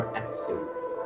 episodes